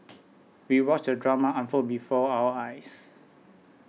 we watched the drama unfold before our eyes